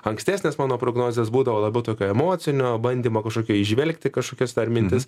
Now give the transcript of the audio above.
ankstesnės mano prognozės būdavo labiau tokio emocinio bandymo kažkokio įžvelgti kažkokias mintis